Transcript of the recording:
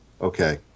Okay